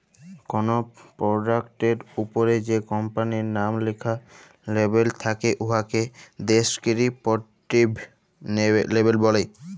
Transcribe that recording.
call পরডাক্টের উপরে যে কম্পালির লাম লিখ্যা লেবেল থ্যাকে উয়াকে ডেসকিরিপটিভ লেবেল ব্যলে